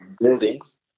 buildings